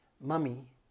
mummy